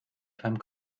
femme